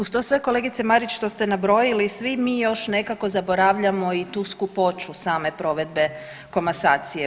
Uz to sve kolegice Marić što ste nabrojili, svi mi još nekako zaboravljamo i tu skupoću same provedbe komasacije.